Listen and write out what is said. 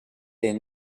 est